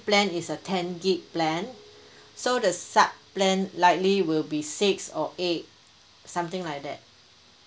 plan is a ten G_B plan so the sub plan likely will be six or eight something like that